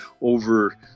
over